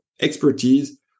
Expertise